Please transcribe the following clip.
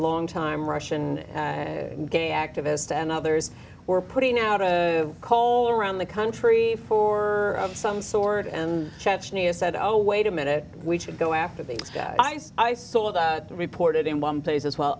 long time russian gay activist and others were putting out of coal around the country for some sort and chechnya said oh wait a minute we should go after these guys i saw that reported in one place as well